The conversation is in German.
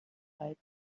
reize